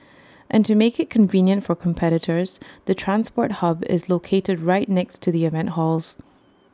and to make IT convenient for competitors the transport hub is located right next to the event halls